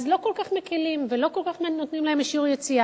אז לא כל כך מקלים עליהם ולא כל כך מהר נותנים להם אישור יציאה.